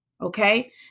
okay